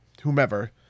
whomever